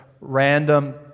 random